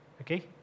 Okay